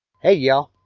hey y'all!